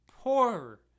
poor